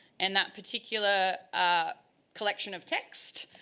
and that particular collection of text.